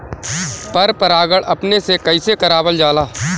पर परागण अपने से कइसे करावल जाला?